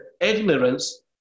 ignorance